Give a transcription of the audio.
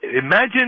Imagine